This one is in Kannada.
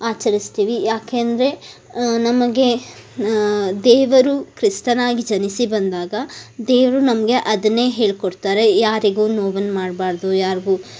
ಆಚರಿಸ್ತೀವಿ ಯಾಕಂದ್ರೆ ನಮಗೆ ದೇವರು ಕ್ರಿಸ್ತನಾಗಿ ಜನಿಸಿ ಬಂದಾಗ ದೇವರು ನಮಗೆ ಅದನ್ನೇ ಹೇಳಿಕೊಡ್ತಾರೆ ಯಾರಿಗೂ ನೋವನ್ನು ಮಾಡಬಾರ್ದು ಯಾರಿಗೂ